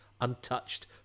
untouched